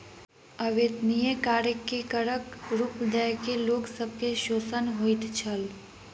अवेत्निया कार्य के करक रूप दय के लोक सब के शोषण होइत छल